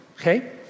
Okay